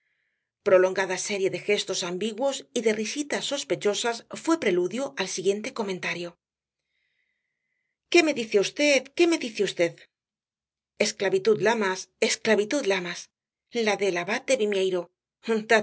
prolongada serie de gestos ambiguos y de risitas sospechosas fué preludio al siguiente comentario qué me dice v qué me dice v esclavitud lamas esclavitud lamas la del abad de